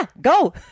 go